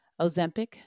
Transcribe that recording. Ozempic